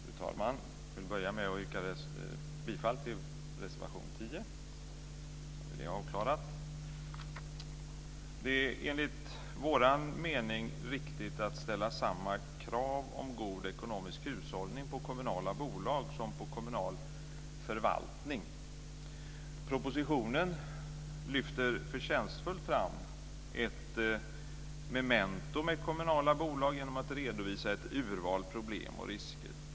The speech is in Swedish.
Fru talman! Jag vill börja med att yrka bifall till reservation 10, så har vi det avklarat. Enligt vår mening är det riktigt att ställa samma krav om god ekonomisk hushållning på kommunala bolag som på kommunal förvaltning. Propositionen lyfter förtjänstfullt fram ett memento med kommunala bolag genom att redovisa ett urval problem och risker.